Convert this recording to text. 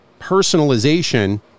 personalization